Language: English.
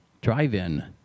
drive-in